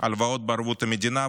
הלוואות בערבות המדינה,